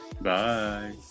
Bye